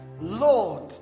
Lord